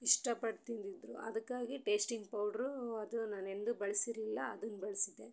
ಇಷ್ಟಪಟ್ಟು ತಿಂದಿದ್ದರು ಅದಕ್ಕಾಗಿ ಟೇಶ್ಟಿಂಗ್ ಪೌಡ್ರೂ ಅದು ನಾನು ಎಂದೂ ಬಳಸಿರ್ಲಿಲ್ಲ ಅದನ್ನ ಬಳಸಿದೆ